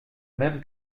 même